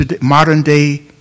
modern-day